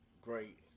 Great